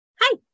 hi